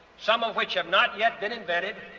some of which have not yet been invented,